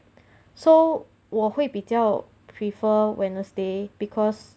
so 我会比较 prefer wednesday because